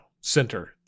Center